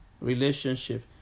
relationship